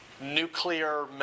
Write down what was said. nuclear